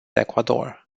ecuador